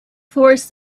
force